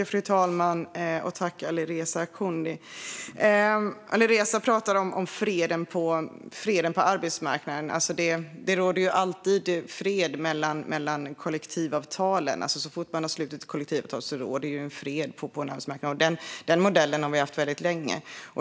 Fru talman! Alireza pratar om freden på arbetsmarknaden. Det råder ju alltid fred mellan kollektivavtalen. Så fort man har slutit kollektivavtal råder fred på arbetsmarknaden. Den modellen har vi haft väldigt länge.